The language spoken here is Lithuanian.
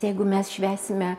jeigu mes švęsime